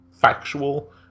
factual